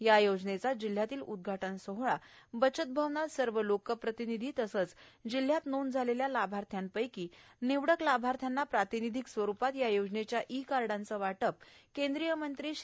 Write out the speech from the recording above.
या योजनेचा जिल्हयातील उद्घाटन सोहळा बचत भवन इथं सर्व लोकप्रतिनिधी तसंच जिल्हयात नोंद झालेल्या लाभार्थ्यपैकी निवडक लाभार्थ्यांना प्रातिनिधिक स्वरूपात या योजनेच्या ई कार्डाचे वाटप केंद्रीय मंत्री श्री